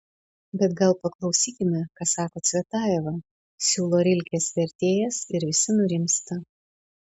bet gal paklausykime ką sako cvetajeva siūlo rilkės vertėjas ir visi nurimsta